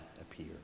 appear